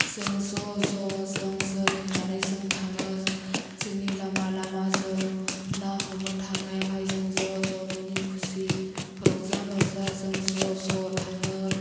जों ज' ज' जों जै होनानै जों थाङो जोंनि लामा लामा जों ना हमनो थानायावहाय जों ज' ज' मिनि खुसि रंजा बाजा जों ज' ज' थाङो